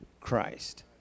Christ